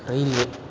railway